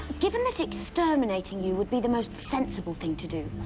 given that exterminating you would be the most sensible thing to do,